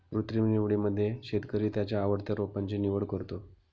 कृत्रिम निवडीमध्ये शेतकरी त्याच्या आवडत्या रोपांची निवड करतो